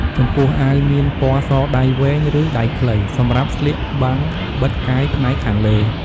ចំពោះអាវមានពណ៌សដៃវែង ឬដៃខ្លី សម្រាប់ស្លៀកបាំងបិទកាយផ្នែកខាងលើ។